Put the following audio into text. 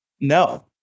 No